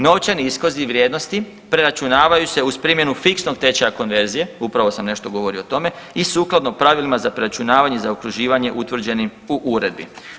Novčani iskazi vrijednosti preračunavaju se uz primjenu fiksnog tečaja konverzije, upravo sam nešto govorio o tome i sukladno pravilima za preračunavanje i zaokruživanjem po uredbi.